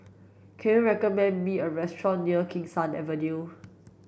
can you recommend me a restaurant near Kee Sun Avenue